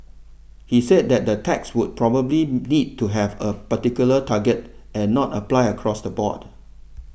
he said that the tax would probably need to have a particular target and not apply across the board